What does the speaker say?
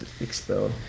expelled